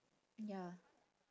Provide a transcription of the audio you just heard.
ya